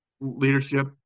leadership